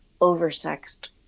oversexed